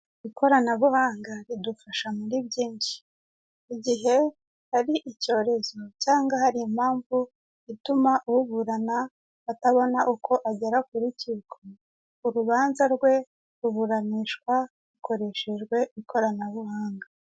Ikoranabuhanga ridufasha muri byinshi, igihe hari icyorezo cyangwa hari impamvu ituma uburana atabona uko agera ku rukiko, urubanza rwe ruburanishwa hakoreshejwe ikoranabuhanga.